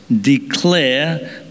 Declare